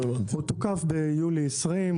הוא תוקף ביולי 2020,